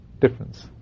difference